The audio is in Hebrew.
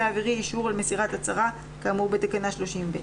האווירי אישור על מסירת הצהרה כאמור בתקנה 30(ב).